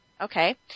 Okay